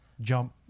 jump